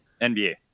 NBA